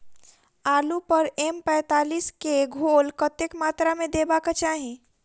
आलु पर एम पैंतालीस केँ घोल कतेक मात्रा मे देबाक चाहि?